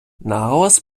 наголос